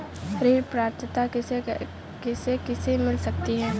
ऋण पात्रता किसे किसे मिल सकती है?